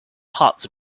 parts